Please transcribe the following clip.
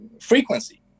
frequency